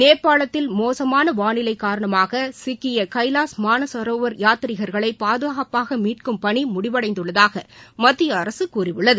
நேபாளத்தில் மோசமான வாளிலை காரணமாக சிக்கிய கைவாஷ் மானசரவோர் யாத்ரீகர்களை பாதுகாப்பாக மீட்கும்பணி முடிவடைந்துள்ளதாக மத்திய அரசு கூறியுள்ளது